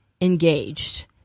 engaged